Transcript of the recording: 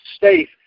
safe